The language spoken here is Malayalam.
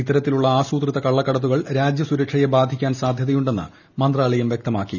ഇത്തരത്തിലുള്ള ആസൂത്രിത കള്ളക്കടത്തുകൾ രാജ്യ സുരക്ഷയെ ബാധിക്കാൻ സാധ്യതയുണ്ടെന്ന് മന്ത്രാലയം വൃക്ത്രമാക്കി